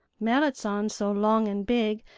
merrit san so long and big,